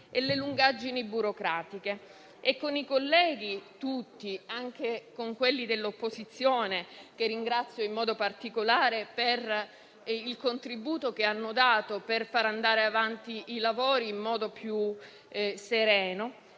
e le lungaggini burocratiche. Con i colleghi tutti, anche con quelli dell'opposizione, che ringrazio in modo particolare per il contributo che hanno dato per far andare avanti i lavori in modo più sereno,